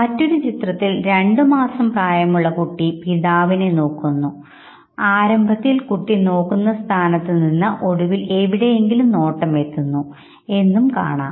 മറ്റൊരു ചിത്രത്തിൽ രണ്ട് മാസം പ്രായമുള്ള കുട്ടി പിതാവിനെ നോക്കുന്നു തുടർന്ന് ആരംഭത്തിൽ കുട്ടി നോക്കുന്ന സ്ഥാനത്തു നിന്ന് ഒടുവിൽ എവിടെയെങ്കിലും നോട്ടം എത്തുന്നു എന്നും കാണാം